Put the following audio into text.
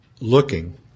looking